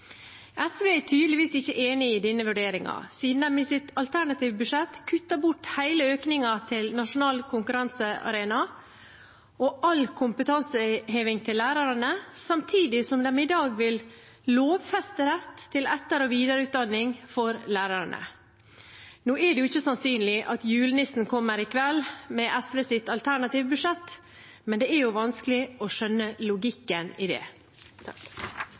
SV er tydeligvis ikke enig i denne vurderingen siden de i sitt alternative budsjett kutter hele økningen til nasjonal konkurransearena og all kompetanseheving til lærerne, samtidig som de i dag vil lovfeste rett til etter- og videreutdanning for lærerne. Nå er det jo ikke sannsynlig at julenissen kommer i kveld – med SVs alternative budsjett, men det er vanskelig å skjønne logikken i det.